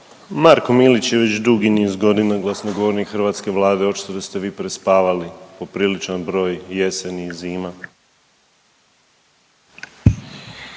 Marko Milić je već dugi niz godina glasnogovornik hrvatske Vlade, očito da ste vi prespavali popriličan broj jeseni i zima.